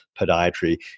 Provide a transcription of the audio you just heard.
podiatry